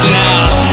now